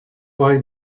why